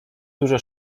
dużo